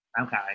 Okay